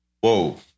Whoa